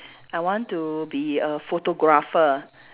I want to be a photographer